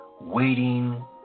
waiting